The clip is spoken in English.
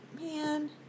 Man